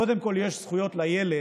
קודם כול יש זכויות לילד,